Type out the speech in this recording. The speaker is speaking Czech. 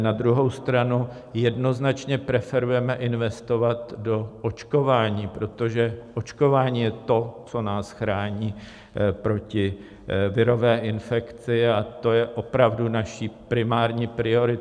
Na druhou stranu jednoznačně preferujeme investovat do očkování, protože očkování je to, co nás chrání proti virové infekci, a to je opravdu naší primární prioritou.